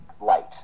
light